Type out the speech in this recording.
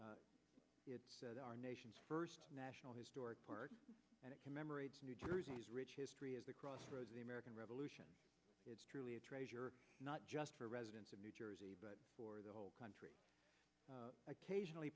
war said our nation's first national historic park and it commemorates new jersey's rich history at the crossroads the american revolution is truly a treasure not just for residents of new jersey but for the whole country occasionally